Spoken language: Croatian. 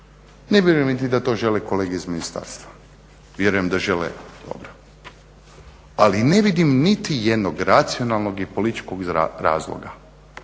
Ne vjerujem niti da to žele kolege iz ministarstva, vjerujem da žele dobro. Ali ne vidim niti jednog racionalnog i političkog razloga,